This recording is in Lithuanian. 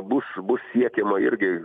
bus bus siekiama irgi